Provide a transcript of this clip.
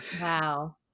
Wow